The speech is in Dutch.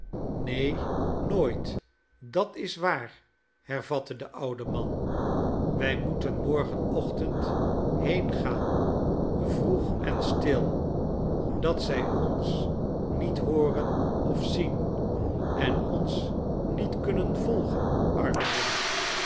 neen nooit dat is waar hervatte de oude man wij moeten morgen ochtend heengaan vroeg en stil dat zij ons niet hooren of zien en ons niet kunnen volgen arme nelly